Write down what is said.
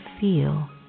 feel